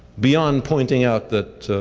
beyond pointing out that